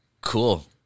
Cool